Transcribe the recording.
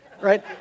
right